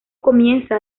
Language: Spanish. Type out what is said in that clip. comienza